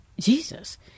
Jesus